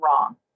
wrong